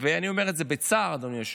ואני אומר את זה בצער, אדוני היושב-ראש,